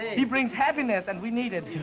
he brings happiness and we need it